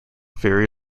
very